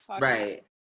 Right